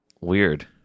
Weird